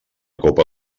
copa